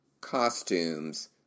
costumes